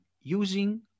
using